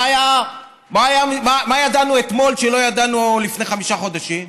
מה ידענו אתמול שלא ידענו לפני חמישה חודשים?